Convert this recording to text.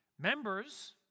Members